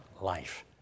life